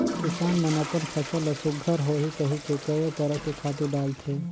किसान मन अपन फसल ल सुग्घर होही कहिके कयो तरह के खातू डालथे